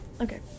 okay